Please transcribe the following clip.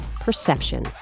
perception